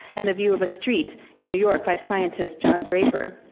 and the view of a street in new york by scientist john draper.